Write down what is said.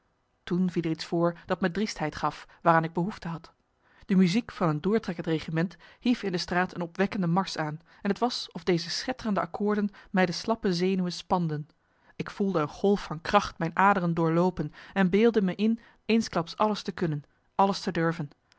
toen viel er iets voor dat me de driestheid gaf waaraan ik behoefte had de muziek van een doortrekkend regiment hief in de straat een opwekkende marcellus emants een nagelaten bekentenis marsch aan en t was of deze schetterende akkoorden mij de slappe zenuwen spanden ik voelde een golf van kracht mijn aderen doorloopen en beeldde me in eensklaps alles te kunnen alles te durven